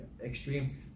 extreme